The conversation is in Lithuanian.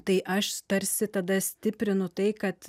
tai aš tarsi tada stiprinu tai kad